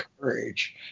courage